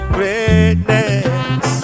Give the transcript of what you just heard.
Greatness